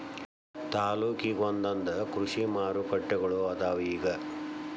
ತಾಲ್ಲೂಕಿಗೊಂದೊಂದ ಕೃಷಿ ಮಾರುಕಟ್ಟೆಗಳು ಅದಾವ ಇಗ